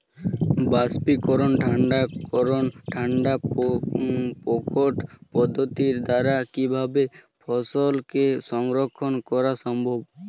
বাষ্পীকরন ঠান্ডা করণ ঠান্ডা প্রকোষ্ঠ পদ্ধতির দ্বারা কিভাবে ফসলকে সংরক্ষণ করা সম্ভব?